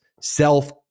self